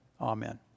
Amen